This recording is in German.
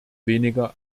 weniger